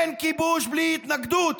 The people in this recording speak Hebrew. אין כיבוש בלי התנגדות.